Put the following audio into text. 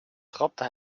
trapte